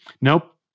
nope